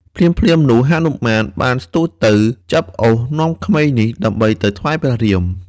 ភ្លាមៗនោះ ហនុមានបានស្ទុះទៅចាប់អូសនាំក្មេងនេះដើម្បីទៅថ្វាយព្រះរាម។